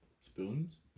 Spoons